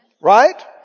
Right